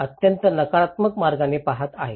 तर ते अत्यंत नकारात्मक मार्गाने पहात आहेत